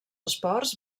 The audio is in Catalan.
esports